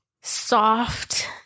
soft